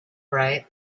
right